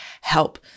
help